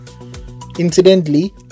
Incidentally